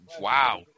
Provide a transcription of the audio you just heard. Wow